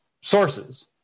sources